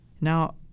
Now